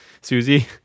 Susie